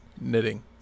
knitting